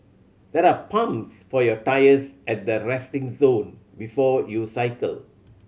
there are pumps for your tyres at the resting zone before you cycle